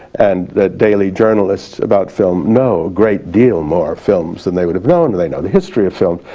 and the daily journalists about film know great deal more films than they would have known, they know the history of film,